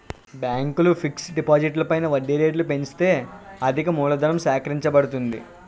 బ్యాంకులు ఫిక్స్ డిపాజిట్లు పైన వడ్డీ రేట్లు పెంచితే అధికమూలధనం సేకరించబడుతుంది